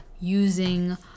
using